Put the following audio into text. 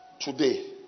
today